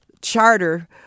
charter